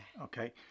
Okay